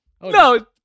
No